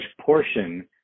portion